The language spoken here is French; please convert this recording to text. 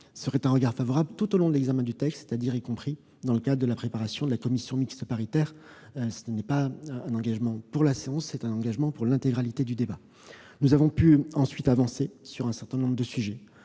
demeurerait tout au long de l'examen du texte, c'est-à-dire y compris dans le cadre de la préparation de la commission mixte paritaire. Ce n'est pas un engagement pour la séance ; c'est un engagement pour l'intégralité du débat. Nous avons pu avancer sur un certain nombre de sujets.